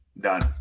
done